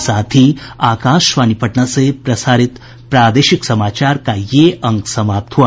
इसके साथ ही आकाशवाणी पटना से प्रसारित प्रादेशिक समाचार का ये अंक समाप्त हुआ